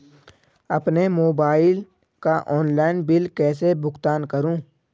अपने मोबाइल का online bill कैसे भुगतान करूं?